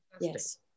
yes